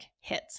hits